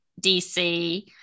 DC